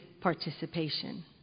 participation